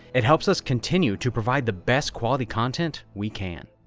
it helps us continue to provide the best quality content we can.